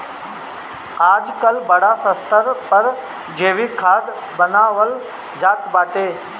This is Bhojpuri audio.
आजकल बड़ स्तर पर जैविक खाद बानवल जात बाटे